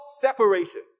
separation